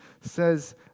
says